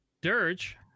dirge